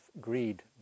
greed